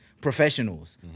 Professionals